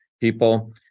people